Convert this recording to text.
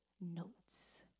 notes